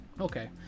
okay